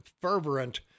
fervent